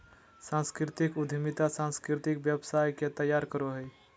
सांस्कृतिक उद्यमिता सांस्कृतिक व्यवसाय के तैयार करो हय